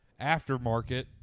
aftermarket